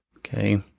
okay,